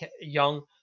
Young